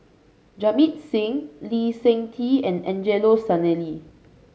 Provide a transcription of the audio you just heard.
Jamit Singh Lee Seng Tee and Angelo Sanelli